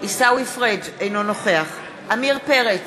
אינו נוכח עמיר פרץ,